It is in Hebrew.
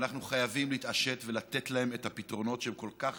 ואנחנו חייבים להתעשת ולתת להם את הפתרונות שהם כל כך